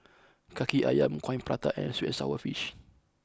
Kaki Ayam Coin Prata and Sweet and Sour Fish